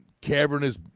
cavernous